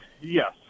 yes